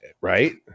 right